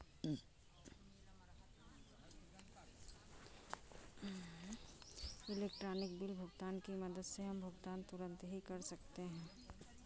electronic bill भुगतान की मदद से हम भुगतान तुरंत ही कर सकते हैं